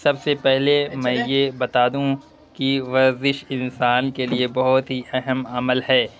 سب سے پہلے میں یہ بتا دوں کہ ورزش انسان کے لیے بہت ہی اہم عمل ہے